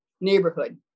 neighborhood